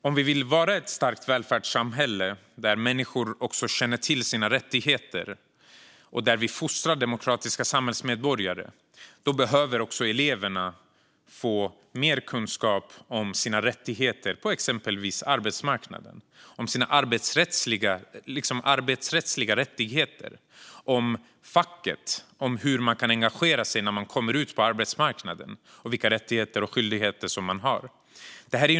Om vi vill vara ett starkt välfärdssamhälle där människor känner till sina rättigheter och vi fostrar demokratiska samhällsmedborgare behöver elever få mer kunskap om arbetsrätt, fack, hur de kan engagera sig när de kommer ut på arbetsmarknaden och vilka rättigheter och skyldigheter de har.